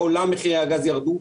בעולם מחירי הגז ירדו.